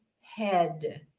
head